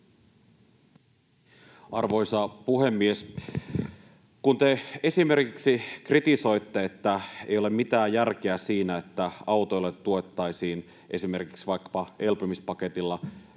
Arvoisa puhemies! Kun te esimerkiksi kritisoitte, että ei ole mitään järkeä siinä, että autoilijoita tuettaisiin vaikkapa elpymispaketilla